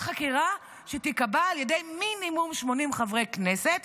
חקירה שתיקבע על ידי מינימום 80 חברי כנסת,